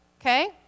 okay